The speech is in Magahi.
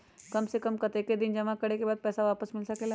काम से कम कतेक दिन जमा करें के बाद पैसा वापस मिल सकेला?